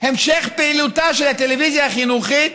המשך פעילותה של הטלוויזיה החינוכית